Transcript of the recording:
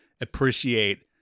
appreciate